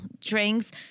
drinks